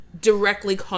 directly